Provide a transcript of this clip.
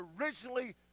originally